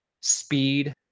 speed